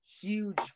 huge